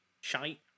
shite